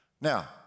Now